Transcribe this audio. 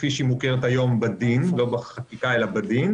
כפי שהיא מוכרת היום בדין לא בחקיקה אלא בדין